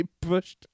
pushed